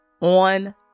on